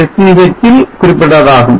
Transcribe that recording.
sch ல் குறிப்பிடப்பட்டதாகும்